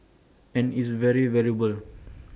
and it's been very valuable